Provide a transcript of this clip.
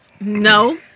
No